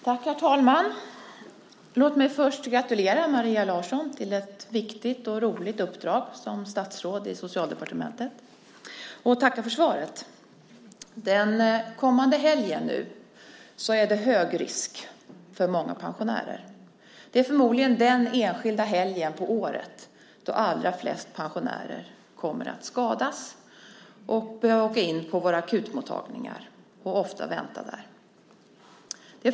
Herr talman! Låt mig först gratulera Maria Larsson till ett viktigt och roligt uppdrag som statsråd i Socialdepartementet och också tacka för svaret. Den kommande helgen är det hög risk för många pensionärer. Det är förmodligen den enskilda helg på året då allra flest pensionärer kommer att skadas och behöva åka in till våra akutmottagningar och, ofta, få vänta där.